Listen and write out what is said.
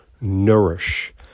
nourish